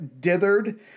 dithered